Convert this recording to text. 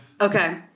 Okay